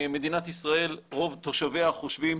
מדינת ישראל רוב תושביה חושבים